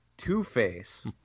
two-face